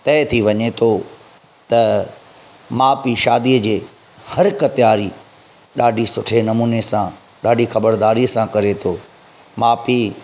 तइ थी वञे थो त माउ पीउ शादीअ जे हर हिक तयारी ॾाढी सुठे नमूने सां ॾाढी ख़बरदारीअ सां करे थो माउ पीउ